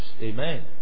Amen